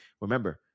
Remember